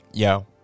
yo